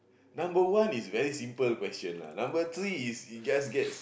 number one is very simple question lah number three is just gets